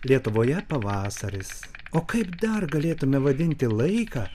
lietuvoje pavasaris o kaip dar galėtume vadinti laiką